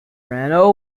reno